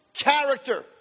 Character